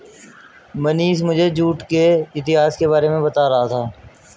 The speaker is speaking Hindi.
मनीष मुझे जूट के इतिहास के बारे में बता रहा था